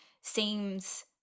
seems –